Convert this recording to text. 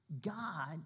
God